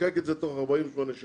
נחוקק את זה תוך 48 שעות